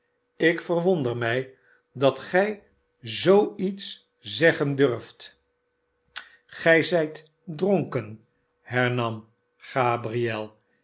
ik verwonder mij dat gij zoo iets zeggen durft gij zijt dronken hernam gabriel